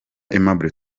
aimable